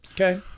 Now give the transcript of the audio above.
Okay